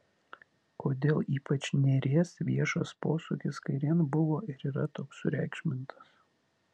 kodėl ypač nėries viešas posūkis kairėn buvo ir yra toks sureikšmintas